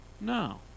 No